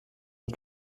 mit